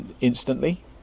instantly